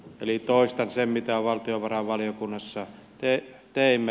eli toistan sen mitä valtiovarainvaliokunnassa teimme